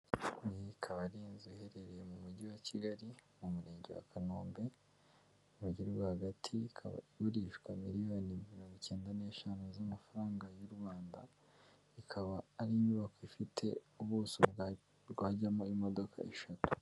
Iyi ikaba ari inzu iherereye mu mujyi wa kigali mu murenge wa kanombe mumujyi rwagati ikaba igurishwa miliyoni 95000000 zamafranga y'u Rwanda ikaba ari inyubako ifite ubuso bwa rwajyamo imodoka eshatu.